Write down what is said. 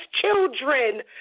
children